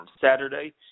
Saturday